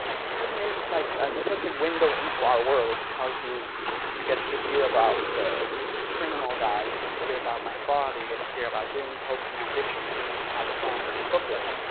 and see seven years is like a perfect window into our world because you you get to hear about the the criminal guys, you get to hear about my father, you get to hear about dreams, hopes and ambitions and then you have a song that is hookless,